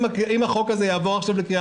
אם הצעת החוק הזאת תעבור עכשיו לקריאה